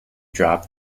drop